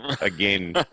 again